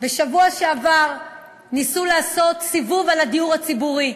בשבוע שעבר ניסו לעשות סיבוב על הדיור הציבורי,